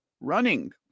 running